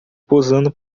posando